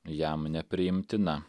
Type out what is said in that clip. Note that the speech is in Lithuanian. jam nepriimtina